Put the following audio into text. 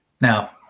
Now